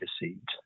deceived